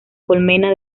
colmena